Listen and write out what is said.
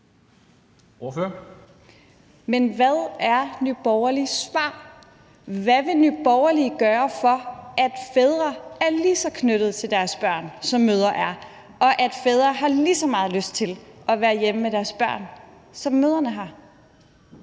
Men hvad er Nye Borgerliges svar? Hvad vil Nye Borgerlige gøre for, at fædre er lige så knyttet til deres børn, som mødre er, og for, at fædrene har lige så meget lyst til at være hjemme med deres børn, som mødrene har?